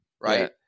right